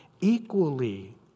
equally